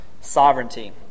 sovereignty